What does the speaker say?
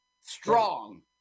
strong